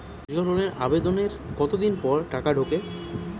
গৃহ লোনের আবেদনের কতদিন পর টাকা ঢোকে?